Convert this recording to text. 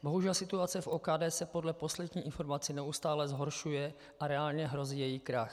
Bohužel situace v OKD se podle poslední informace neustále zhoršuje a reálně hrozí její krach.